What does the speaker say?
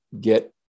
get